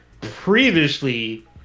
previously